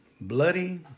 Bloody